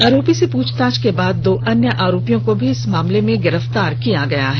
आरोपी से पूछताछ के बाद दो अन्य आरोपियों को भी इस मामले में गिरफ्तार किया गया है